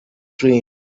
dream